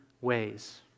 ways